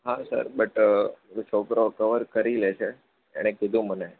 હા sir but છોકરો cover કરી લેશે એને કીધું મને